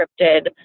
scripted